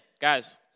guys